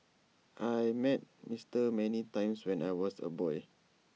I met Mister many times when I was A boy